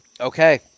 Okay